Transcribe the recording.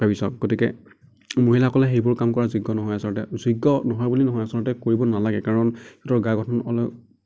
ভাবি চাওক গতিকে মহিলাসকলে সেইবোৰ কাম কৰা যোগ্য নহয় আচলতে যোগ্য নহয় বুলি নহয় আচলতে কৰিব নালাগে কাৰণ সিহঁতৰ গাৰ গঠন অলপ